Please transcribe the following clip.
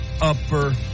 upper